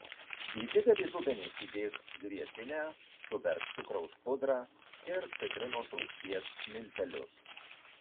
į didelį dubenį sudėk grietinę suberk cukraus pudrą ir citrinos rūgšties miltelius